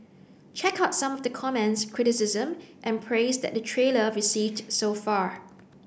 check out some of the comments criticism and praise that the trailer received so far